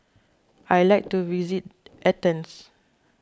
I like to visit Athens